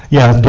yeah,